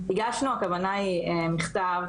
הגשנו, הכוונה היא מכתב